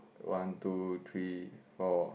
one two three four